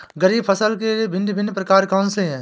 खरीब फसल के भिन भिन प्रकार कौन से हैं?